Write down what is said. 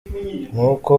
nk’uko